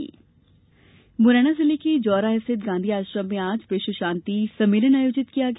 सम्मेलन मुरैना जिले के जौरा स्थित गांधी आश्रम में आज विश्व शांति के लिये सम्मेलन आयोजित किया गया